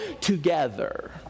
together